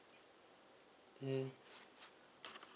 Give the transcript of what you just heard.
mm